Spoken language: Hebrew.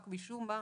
רק משום מה,